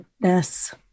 Yes